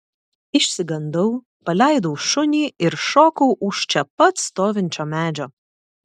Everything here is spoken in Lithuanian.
išsigandau paleidau šunį ir šokau už čia pat stovinčio medžio